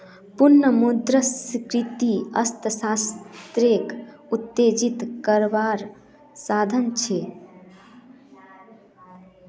पुनः मुद्रस्फ्रिती अर्थ्शाश्त्रोक उत्तेजित कारवार साधन छे